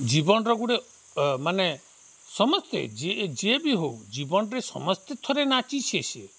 ଜୀବନର ଗୁଡ଼େ ମାନେ ସମସ୍ତେ ଯେ ଯିଏ ବି ହଉ ଜୀବନରେ ସମସ୍ତେ ଥରେ ନାଚିଛେ ସେ